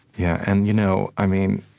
yeah. and you know i mean,